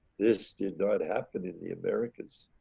this did not happen in the americas.